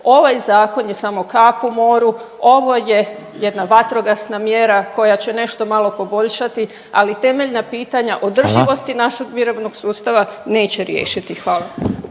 Ovaj zakon je samo kap u moru, ovo je jedna vatrogasna mjera koja će nešto malo poboljšati, ali temeljna pitanja održivosti našeg mirovnog sustava neće riješiti, hvala.